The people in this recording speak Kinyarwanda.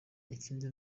ikindi